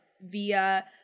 via